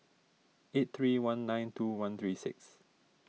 eight three one nine two one three six